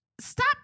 Stop